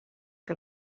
que